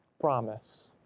promise